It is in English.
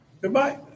Goodbye